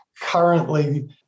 currently